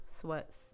Sweats